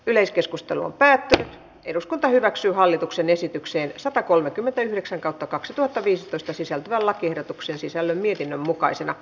yleiskeskustelun päätti eduskunta hyväksyy hallituksen esitykseen satakolmekymmentäyhdeksän kautta kaksituhattaviisitoista sisältyvän lakiehdotuksen sisällön mietinnön mukaisena